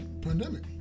Pandemic